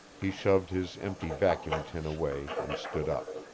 he shoved his empty vacuum tin away and stood up.